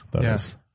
yes